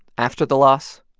after the loss,